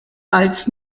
als